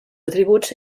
atributs